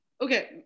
okay